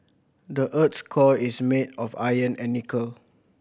the earth's core is made of iron and nickel